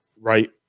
right